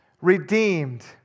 redeemed